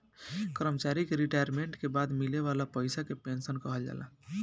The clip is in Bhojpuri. कर्मचारी के रिटायरमेंट के बाद मिले वाला पइसा के पेंशन कहल जाला